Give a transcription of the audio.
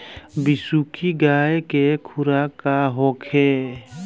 बिसुखी गाय के खुराक का होखे?